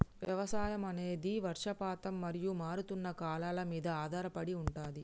వ్యవసాయం అనేది వర్షపాతం మరియు మారుతున్న కాలాల మీద ఆధారపడి ఉంటది